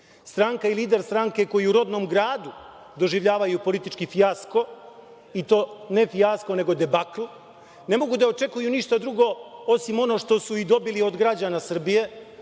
stranka i lider stranke koji u rodnom gradu doživljavaju politički fijasko, i to ne fijasko nego debakl, ne mogu da očekuju ništa drugo osim ono što su i dobili od građana Srbije,